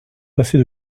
passer